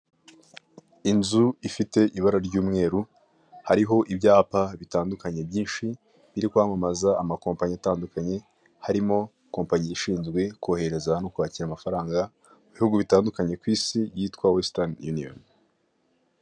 inzu ifite ibara ry'umweru hariho ibyapa bitandukanye byinshi biri kwamamaza ama kompanyi atandukanye harimo kompanyi ishinzwe kohereza no kwakira amafaranga mu bihugu bitandukanye kw'isi yitwa western union